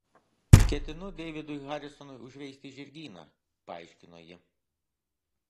ketinu deividui harisonui užveisti žirgyną paaiškino ji